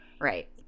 Right